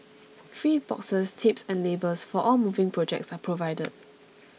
free boxes tapes and labels for all moving projects are provided